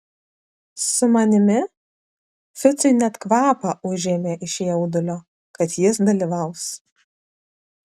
su manimi ficui net kvapą užėmė iš jaudulio kad jis dalyvaus